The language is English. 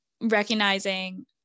recognizing